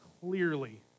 clearly